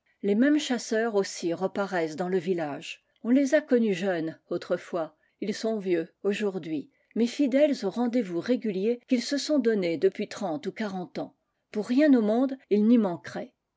les mêmes chasseurs aussi reparaissent dans le village on les a connus jeunes autrefois ils sont vieux aujourd'hui mais fidèles au rendez-vous réguher qu'ils se sont donné depuis trente ou quarante ans pour rien au monde ils n'y manqueraient